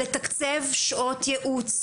לתקצב שעות ייעוץ,